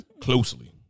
closely